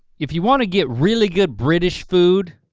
if you wanna get really good british food,